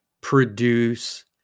produce